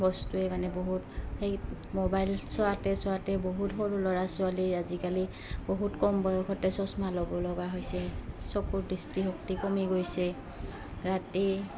বস্তুৱে মানে বহুত সেই মোবাইল চোৱাতে চোৱাতে বহুত সৰু ল'ৰা ছোৱালীৰ আজিকালি বহুত কম বয়সতে চশমা ল'ব লগা হৈছে চকুৰ দৃষ্টিশক্তি কমি গৈছে ৰাতি